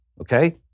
Okay